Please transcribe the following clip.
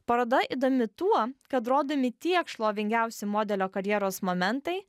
paroda įdomi tuo kad rodomi tiek šlovingiausi modelio karjeros momentai